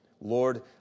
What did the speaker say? Lord